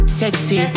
sexy